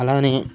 అలానే